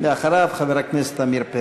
דרך אגב, לא ציינתי את זה.